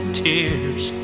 tears